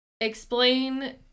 explain